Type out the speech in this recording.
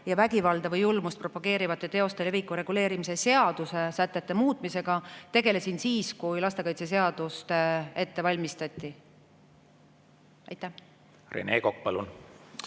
ja vägivalda või julmust propageerivate teoste leviku reguleerimise seaduse sätete muutmisega tegelesin siis, kui lastekaitseseadust ette valmistati. Aitäh! Ei, ma